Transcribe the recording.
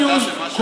פול ניוז,